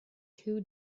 two